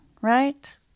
right